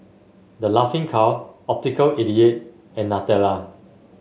The Laughing Cow Optical eighty eight and Nutella